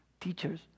teachers